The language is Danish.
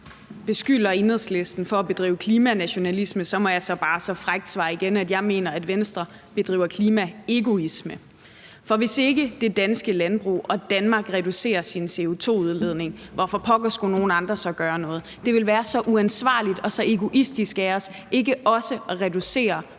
beskylder Enhedslisten for at bedrive klimanationalisme, må jeg så bare frækt svare igen, at jeg mener, at Venstre bedriver klimaegoisme. For hvis ikke det danske landbrug og Danmark reducerer sin CO2-udledning, hvorfor pokker skulle nogle andre så gøre noget? Det ville være så uansvarligt og så egoistisk af os ikke også at reducere